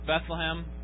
Bethlehem